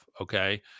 okay